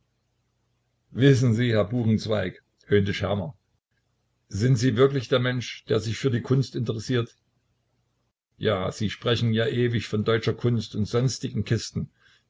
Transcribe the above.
wissen sie herr buchenzweig höhnte schermer sind sie wirklich der mensch der sich für die kunst interessiert ja sie sprechen ja ewig von deutscher kunst und sonstigen kisten